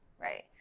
Right